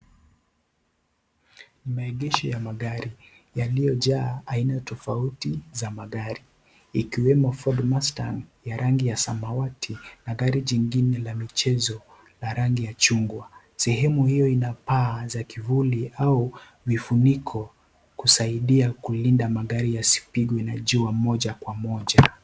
Maegesho ya magari yaliyojaa aina tofauti za magari ikiwemo Ford master ya rangi ya samawati na gari jingine la michezo la rangi ya chungwa . Sehemu hiyo ina paa za kivuli au vifuniko kusaidia kulinda magari yasipigwe na jua moja kwa moja.